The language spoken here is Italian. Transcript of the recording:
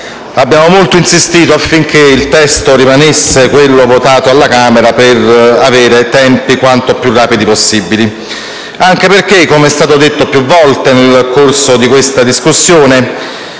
abbiamo molto insistito affinché il testo rimanesse quello votato alla Camera, così da avere tempi quanto più rapidi possibile. Del resto, com'è stato detto più volte nel corso di questa discussone,